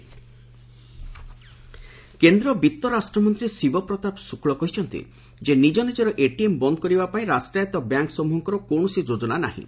ATM closing କେନ୍ଦ୍ର ବିତ୍ତରାଷ୍ଟ୍ରମନ୍ତ୍ରୀ ଶିବପ୍ରତାପ ଶୁକ୍ଳ କହିଛନ୍ତି ଯେ ନିଜ ନିଜର ଏଟିଏମ୍ ବନ୍ଦ କରିବା ପାଇଁ ରାଷ୍ଟ୍ରାୟତ୍ତ ବ୍ୟାଙ୍କ ସମୃହଙ୍କର କୌଣସି ଯୋଜନା ନାହିଁ